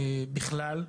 בכלל,